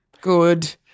Good